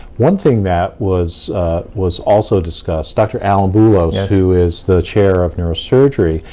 one thing that was was also discussed, dr. alan boulos, who is the chair of neurosurgery,